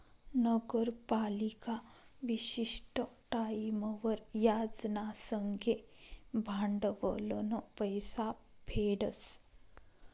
नगरपालिका विशिष्ट टाईमवर याज ना संगे भांडवलनं पैसा फेडस